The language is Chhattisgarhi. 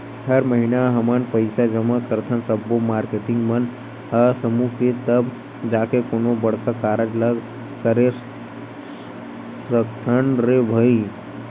हर महिना हमन पइसा जमा करथन सब्बो मारकेटिंग मन ह समूह के तब जाके कोनो बड़का कारज ल करे सकथन रे भई